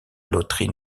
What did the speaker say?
loterie